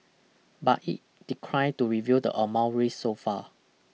but it declined to reveal the amount raised so far